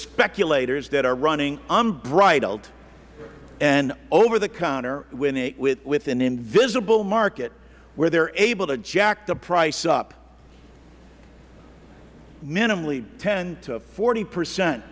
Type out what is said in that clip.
speculators that are running unbridled and over the counter with an invisible market where they are able to jack the price up minimally ten to forty percent